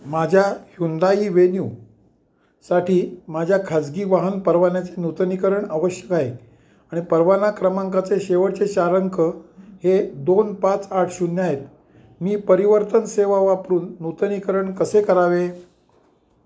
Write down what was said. माझ्या ह्युंदाई वेन्यूसाठी माझ्या खाजगी वाहन परवान्याचे नूतनीकरण आवश्यक आहे आणि परवाना क्रमांकाचे शेवटचे चार अंक हे दोन पाच आठ शून्य आहेत मी परिवर्तन सेवा वापरून नूतनीकरण कसे करावे